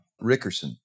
Rickerson